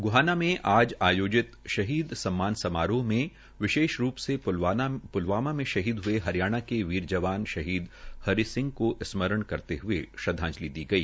गोहाना में आज आयोजित शहीद सम्मान समारोह मे विशेष रूप् से प्लवामा में शहीद हये हरियाणा के वीर जवान शहीद हरि सिंह को स्मरण करते हये श्रद्वाजंलि दी गई